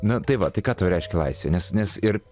na tai va tai ką tau reiškia laisvė nes nes ir